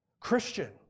Christian